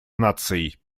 наций